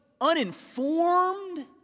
uninformed